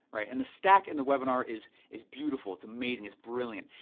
right, and the stack in the webinar is is beautiful, it's amazing, it's brilliant,